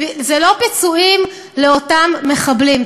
אלה לא פיצויים לאותם מחבלים,